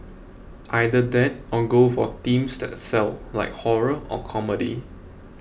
either that or go for themes that sell like horror or comedy